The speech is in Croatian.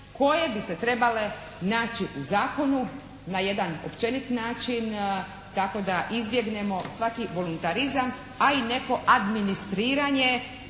koje bi se trebali naći u zakonu na jedan općenit način tako da izbjegnemo svaki volunatrizam, a i neko administriranje